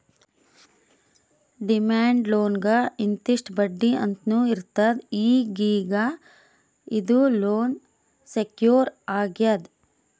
demand ಲೋನ್ಗ್ ಇಂತಿಷ್ಟ್ ಬಡ್ಡಿ ಅಂತ್ನೂ ಇರ್ತದ್ ಈಗೀಗ ಇದು ಲೋನ್ ಸೆಕ್ಯೂರ್ ಆಗ್ಯಾದ್